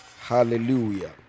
Hallelujah